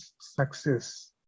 success